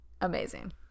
amazing